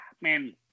Man